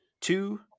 two